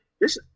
this-